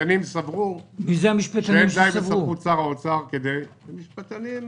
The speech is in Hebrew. המשפטנים סברו שאין די בסמכות האוצר כדי להחליט על כך.